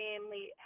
family